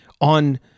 on